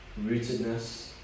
rootedness